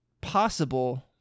possible